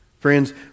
Friends